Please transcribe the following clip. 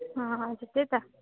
हजुर त्यही त